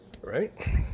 right